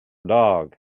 dog